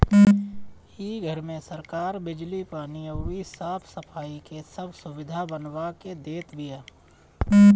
इ घर में सरकार बिजली, पानी अउरी साफ सफाई के सब सुबिधा बनवा के देत बिया